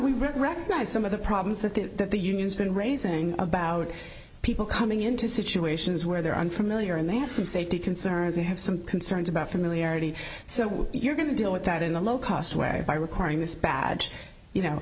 we recognize some of the problems that the unions been raising about people coming into situations where they're unfamiliar and they have some safety concerns you have some concerns about familiarity so you're going to deal with that in a low cost way by requiring this badge you know